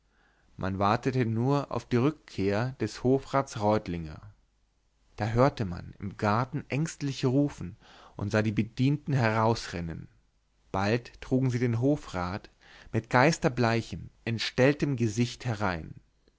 man wartete nur auf die rückkehr des hofrats reutlinger da hörte man im garten ängstlich rufen und sah die bedienten herausrennen bald trugen sie den hofrat mit geisterbleichem entstelltem gesicht herein